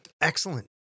Excellent